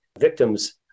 victims